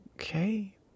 Okay